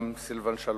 גם סילבן שלום,